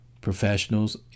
professionals